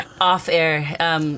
off-air